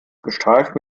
gestreift